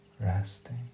resting